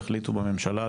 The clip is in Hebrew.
יחליטו בממשלה,